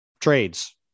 trades